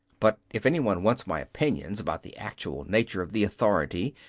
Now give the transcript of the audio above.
but if any one wants my opinions about the actual nature of the authority,